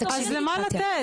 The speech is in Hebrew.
אז למה לתת?